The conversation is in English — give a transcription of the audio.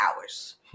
hours